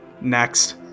Next